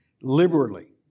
liberally